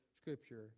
scripture